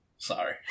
sorry